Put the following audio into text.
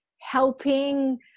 helping